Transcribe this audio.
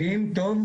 שלום,